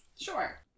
Sure